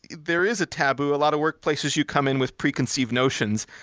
there is a taboo, a lot of work places you come in with preconceived notions.